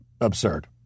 absurd